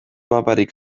maparik